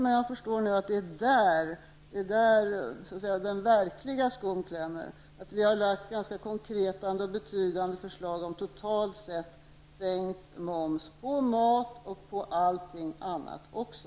Men jag förstår nu att det är där som den verkliga skon klämmer, att vi har lagt fram ganska konkreta och betydande förslag om totalt sett sänkt moms på mat och på allt annat också.